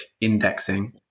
indexing